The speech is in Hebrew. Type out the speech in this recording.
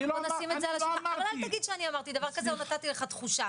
אל תגיד שאמרתי לך דבר כזה או נתתי לך תחושה.